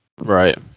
Right